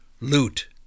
loot